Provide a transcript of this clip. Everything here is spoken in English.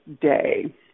day